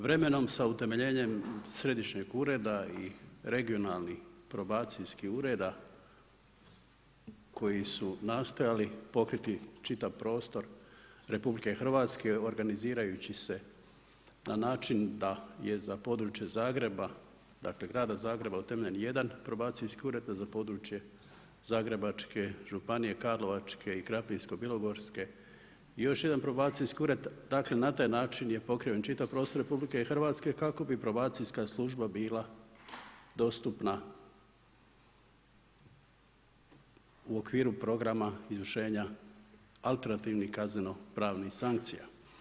Vremenom, sa utemeljenjem središnjeg ureda i regionalnih probacijskih ureda koji su nastojali pokriti čitav prostor RH organizirajući se na način da je za područje Zagreba, dakle grada Zagreba utemeljen jedan probacijski ured, a za područje Zagrebačke županije, Karlovačke i Krapinsko-bilogorske još jedan probacijski ured, dakle, na taj način je pokriven čitav prostor RH, kako bi probacijska služba bila dostupna u okviru programa izvršenja alternativnih kazneno-pravnih sankcija.